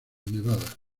nevada